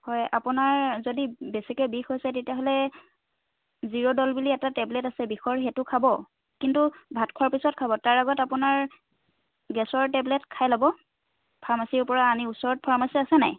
হয় আপোনাৰ যদি বেছিকৈ বিষ হৈছে তেতিয়াহ'লে জিঅ'ডল বুলি এটা টেবলেট আছে বিষৰ সেইটো খাব কিন্তু ভাত খোৱাৰ পিছত খাব তাৰ আগত আপোনাৰ গেছৰ টেবলেট খাই ল'ব ফাৰ্মাচীৰপৰা আনি ওচৰত ফাৰ্মাচী আছে নাই